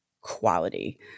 quality